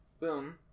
boom